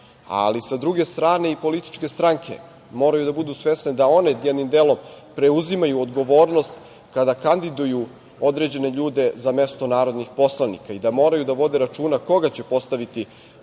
ali sa druge strane i političke stranke moraju da budu svesne da one jednim delom preuzimaju odgovornost kada kandiduju određene ljude za mesto narodnih poslanika i da moraju da vode računa koga će postaviti na tim